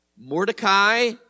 Mordecai